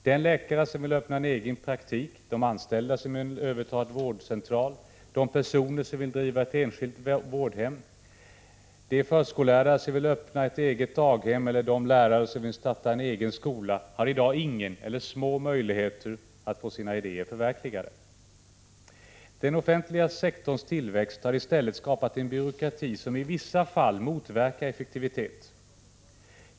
Den läkare som vill öppna en egen praktik, de anställda som vill överta en vårdcentral, de personer som vill driva ett enskilt vårdhem, de förskollärare som vill öppna ett eget daghem eller de lärare som vill starta en egen skola har i dag ingen eller små möjligheter att få sina idéer förverkligade. Den offentliga sektorns tillväxt har i stället skapat en byråkrati som i vissa fall motverkar effektivitet.